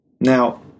Now